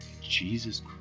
Jesus